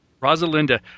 Rosalinda